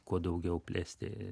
kuo daugiau plėsti